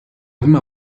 prima